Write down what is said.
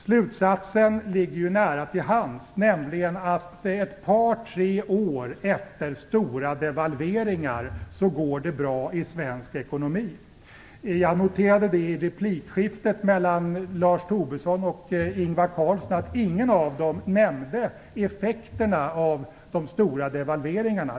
Slutsatsen ligger ju nära till hands, nämligen att det går bra i svensk ekonomi ett par tre år efter stora devalveringar. Jag noterade i replikskiftet mellan Lars Tobisson och Ingvar Carlsson att ingen av dem nämnde effekterna av de stora devalveringarna.